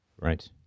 Right